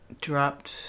Dropped